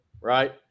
right